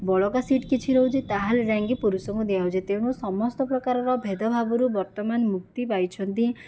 ବଳକା ସିଟ୍ କିଛି ରହୁଛି ତା'ହେଲେ ଯାଇଁକି ପୁରୁଷଙ୍କୁ ଦିଆହେଉଛି ତେଣୁ ସମସ୍ତ ପ୍ରକାରର ଭେଦ ଭାବରୁ ବର୍ତ୍ତମାନ ମୁକ୍ତି ପାଇଛନ୍ତି